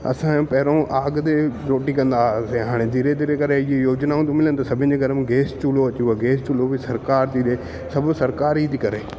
असांजे पहिरियो आग ते रोटी कंदा हुआसीं हाणे धीरे धीरे करे इहे योजनाऊं थी मिलनि त सभिनि जे घर में गैस चुलो अची वियो आहे गैस चुलो बि सरकार थी ॾिए सभु सरकार ई थी करे